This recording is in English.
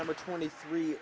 number twenty three